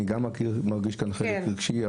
אני גם מרגיש כאן חלק רגשי.